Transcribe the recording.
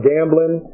Gambling